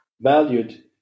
valued